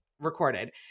recorded